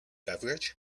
beverage